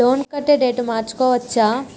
Loan కట్టే date మార్చుకోవచ్చా?